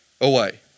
away